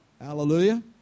Hallelujah